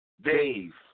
Dave